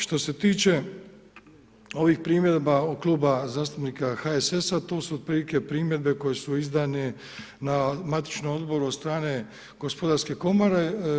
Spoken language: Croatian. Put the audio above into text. Što se tiče ovih primjedba od Kluba zastupnika HSS-a, tu su otprilike primjedbe koje su izdane na matičnom odboru od strane Gospodarske komore.